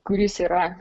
kuris yra